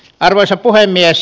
arvoisa puhemies